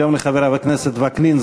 גם לחבר הכנסת וקנין,